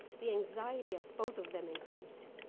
the anxiety of both of them increased,